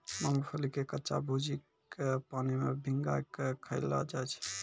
मूंगफली के कच्चा भूजिके पानी मे भिंगाय कय खायलो जाय छै